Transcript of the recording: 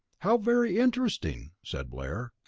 how very interesting! said blair.